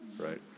right